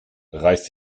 reiß